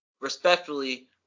respectfully